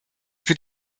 für